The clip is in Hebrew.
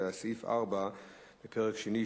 ובסעיף 4 לפרק שני,